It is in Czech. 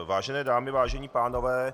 Vážené dámy, vážení pánové.